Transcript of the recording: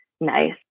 nice